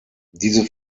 diese